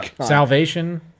Salvation